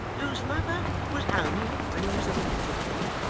whose mother was hung when he was a little boy,